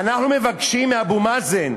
אנחנו מבקשים מאבו מאזן,